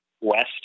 West